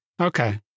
Okay